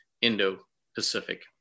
Indo-Pacific